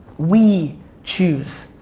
we choose,